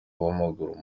w’amaguru